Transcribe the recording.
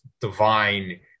divine